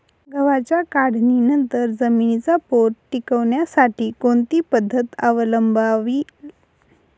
गव्हाच्या काढणीनंतर जमिनीचा पोत टिकवण्यासाठी कोणती पद्धत अवलंबवावी?